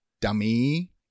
dummy